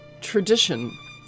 tradition